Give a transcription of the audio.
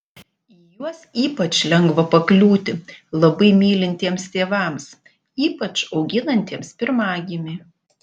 į juos ypač lengva pakliūti labai mylintiems tėvams ypač auginantiems pirmagimį